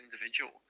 individual